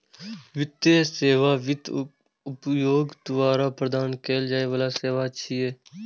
वित्तीय सेवा वित्त उद्योग द्वारा प्रदान कैल जाइ बला सेवा छियै